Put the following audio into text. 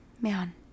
man